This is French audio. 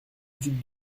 duc